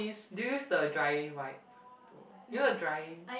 did you use the dry wipe you know the dry